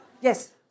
Yes